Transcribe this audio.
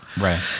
Right